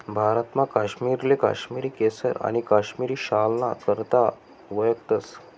भारतमा काश्मीरले काश्मिरी केसर आणि काश्मिरी शालना करता वयखतस